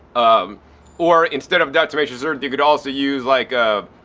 um or instead of diatomaceous earth you could also use like ah